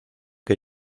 que